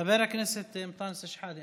חבר הכנסת אנטאנס שחדה,